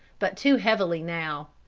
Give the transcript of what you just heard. but too heavily now.